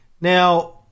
Now